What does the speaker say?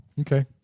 Okay